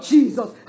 Jesus